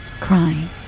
crying